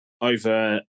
over